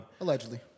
Allegedly